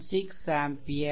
176 ampere